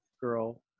girl